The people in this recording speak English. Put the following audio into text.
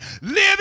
Living